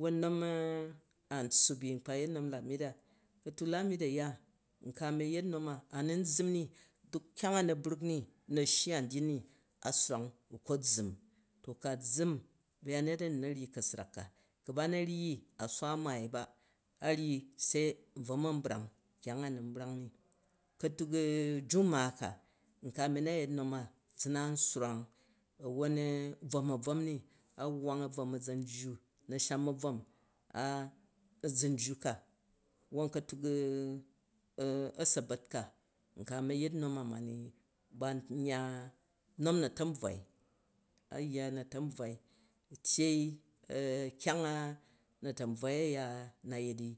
Wwon nom a ntssup ni nkpa yet nom lamit a, ka̱tuk lamit uyan n ka̱mi yet nom a mi zzʉm duk a na bra̱k ni, na̱ shyyi anddyiy ni. A swrang u̱ kpu zzzu̱m, to ku̱ a zza̱m, nayanyet ani nu̱ ryyi kasr all ka, ku̱ ba na ryyi a swa maai ba, ku̱ ba na ryyi a swa maai ba, se n wa ma nbrang kyang a, n ni ka̱tuk juma ka, nka yet non a, zu̱ na swrang a̱ wwon u bvo a̱bvom ni, a wwang a̱bvom a̱ zan jju, na̱sham a̱bvom a zạn jju ka, wwon ka̱tuk a̱ a̱sa̱bat ka a̱ yet non a naa mi ban yya, nom na̱ta̱nbvwai. A yya na̱ta̱nbvwai wwon tyyei kyang a na̱tanbvwai uya na yet ni.